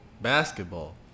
Basketball